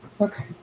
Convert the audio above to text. Okay